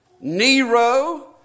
Nero